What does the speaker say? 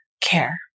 care